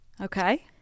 okay